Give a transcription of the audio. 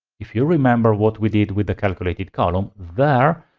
if you remember what we did with the calculated column there,